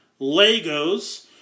Legos